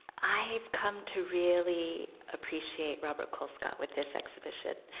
i've come to really appreciate robert colescott with this exhibition.